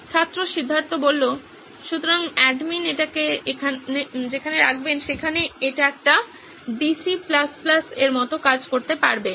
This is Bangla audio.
ছাত্র সিদ্ধার্থ সুতরাং অ্যাডমিন এটাকে যেখানে রাখবেন সেখানে এটি একটি ডিসি DC এর মতো কাজ করতে পারবে